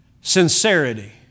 Sincerity